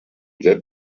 that